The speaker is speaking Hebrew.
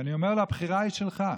ואני אומר לו: הבחירה היא שלך,